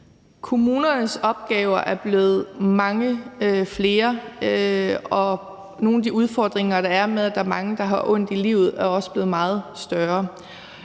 Kommunernes opgaver er blevet mange flere, og nogle af de udfordringer, der er med, at der er mange, der har ondt i livet, er også blevet meget større.